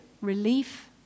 relief